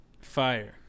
Fire